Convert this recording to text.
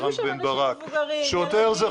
היו שם אנשים מבוגרים --- לא,